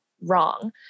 wrong